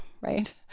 right